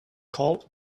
called